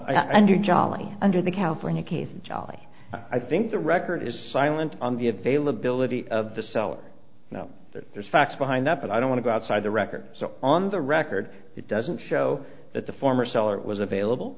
on i wonder jolly under the california case jolly i think the record is silent on the availability of the seller know that there's facts behind that but i don't want to go outside the record so on the record it doesn't show that the former seller was available